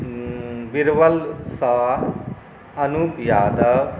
Birbal Sahu Anup Yadav